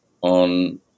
on